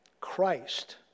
Christ